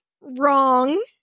wrong